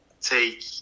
take